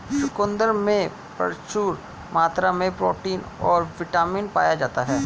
चुकंदर में प्रचूर मात्रा में प्रोटीन और बिटामिन पाया जाता ही